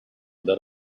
that